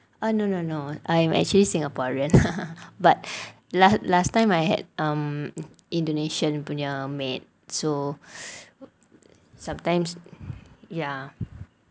ah no no no I'm actually singaporean but last time I had um indonesian punya maid so sometimes ya